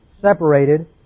separated